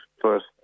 first